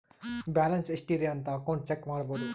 balance ಎಷ್ಟ್ ಇದೆ ಅಂತ ಅಕೌಂಟ್ ಚೆಕ್ ಮಾಡಬೋದು